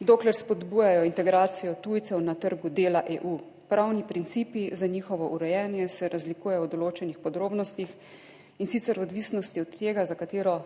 dokler spodbujajo integracijo tujcev na trgu dela EU. Pravni principi za njihovo urejanje se razlikujejo v določenih podrobnostih, in sicer v odvisnosti od tega, za katero